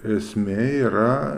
esmė yra